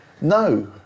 No